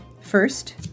First